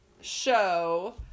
show